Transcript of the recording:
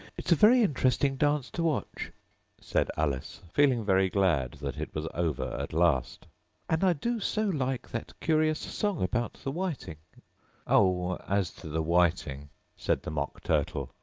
it's a very interesting dance to watch said alice, feeling very glad that it was over at last and i do so like that curious song about the whiting oh, as to the whiting said the mock turtle,